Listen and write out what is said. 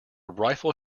rifle